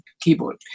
keyboard